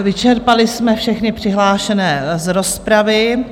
Vyčerpali jsme všechny přihlášené z rozpravy.